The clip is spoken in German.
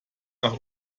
nach